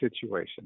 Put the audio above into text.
situation